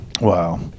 Wow